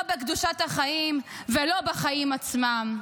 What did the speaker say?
לא בקדושת החיים ולא בחיים עצמם.